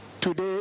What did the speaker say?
Today